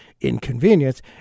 inconvenience